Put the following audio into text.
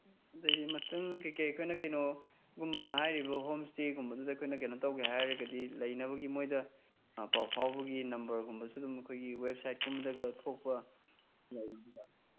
ꯑꯗꯩ ꯃꯊꯪ ꯀꯩꯀꯩ ꯑꯩꯈꯣꯏꯅ ꯀꯩꯅꯣꯒꯨꯝꯕ ꯍꯥꯏꯔꯤꯕ ꯍꯣꯝ ꯏꯁꯇꯦꯒꯨꯝꯕꯗꯨꯗ ꯑꯩꯈꯣꯏꯅ ꯀꯩꯅꯣ ꯇꯧꯒꯦ ꯍꯥꯏꯔꯒꯗꯤ ꯂꯩꯅꯕꯒꯤ ꯃꯣꯏꯗ ꯄꯥꯎ ꯐꯥꯎꯕꯒꯤ ꯅꯝꯕꯔꯒꯨꯝꯕꯁꯨ ꯑꯗꯨꯝ ꯑꯩꯈꯣꯏꯒꯤ ꯋꯦꯕ ꯁꯥꯏꯠꯀꯨꯝꯕꯗꯒ ꯊꯣꯛꯄ